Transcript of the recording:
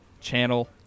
channel